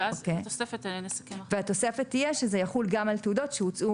התוספת תהיה שזה יחול גם על תעודות שהוצאו